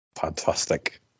Fantastic